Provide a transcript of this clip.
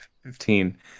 Fifteen